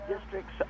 districts